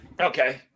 okay